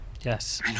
Yes